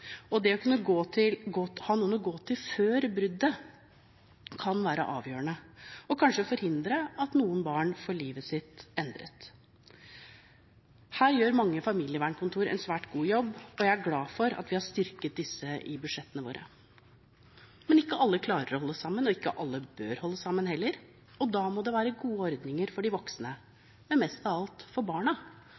og det å kunne ha noen å gå til før bruddet kan være avgjørende og kanskje forhindre at noen barn får livet sitt endret. Her gjør mange familievernkontor en svært god jobb, og jeg er glad for at vi har styrket disse i budsjettene våre. Men ikke alle klarer å holde sammen, og ikke alle bør holde sammen heller, og da må det være gode ordninger for de voksne – men mest av alt for barna